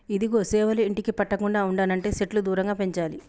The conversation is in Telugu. ఇదిగో సేవలు ఇంటికి పట్టకుండా ఉండనంటే సెట్లు దూరంగా పెంచాలి